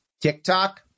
TikTok